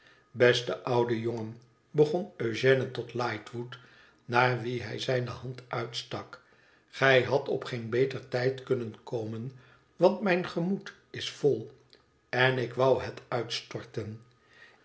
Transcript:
beste oude jongen begon eugène tot lightwood naar wièn hij zijne hand uitstak gij hadt op geen beter tijd kunnen komen want mijn gemoed is vol en ik wou het uitstorten